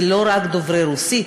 זה לא רק דוברי רוסית,